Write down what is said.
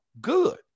good